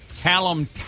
Callum